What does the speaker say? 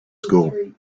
school